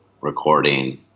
recording